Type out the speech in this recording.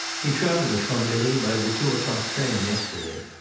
he travelled to chambery by the two o'clock train yesterday.